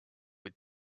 with